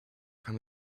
kind